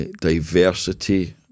diversity